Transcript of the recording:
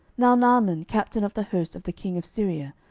now naaman, captain of the host of the king of syria,